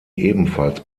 ebenfalls